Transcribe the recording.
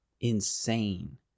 insane